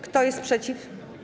Kto jest przeciw?